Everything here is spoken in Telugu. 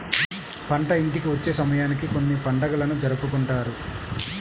పంట ఇంటికి వచ్చే సమయానికి కొన్ని పండుగలను జరుపుకుంటారు